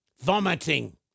vomiting